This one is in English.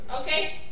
Okay